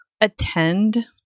attend